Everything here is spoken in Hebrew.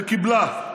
וקיבלה.